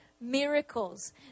miracles